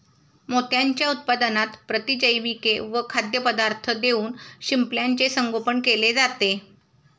मोत्यांच्या उत्पादनात प्रतिजैविके व खाद्यपदार्थ देऊन शिंपल्याचे संगोपन केले जाते